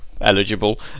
eligible